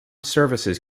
services